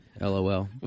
LOL